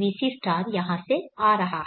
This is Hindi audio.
vc यहाँ से आ रहा है